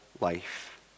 life